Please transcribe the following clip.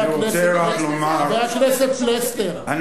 אני רוצה רק לומר, חבר הכנסת פלסנר, תתייחס לזה.